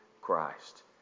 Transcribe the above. Christ